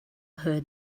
her